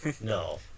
No